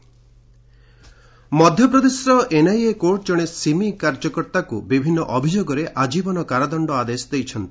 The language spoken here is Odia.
ଏମ୍ପି କୋର୍ଟ ମଧ୍ୟପ୍ରଦେଶର ଏନ୍ଆଇଏ କୋର୍ଟ ଜଣେ ସିମି କାର୍ଯ୍ୟକର୍ତ୍ତାକୁ ବିଭିନ୍ନ ଅଭିଯୋଗରେ ଆଜୀବନ କାରାଦଣ୍ଡ ଆଦେଶ ଦେଇଛି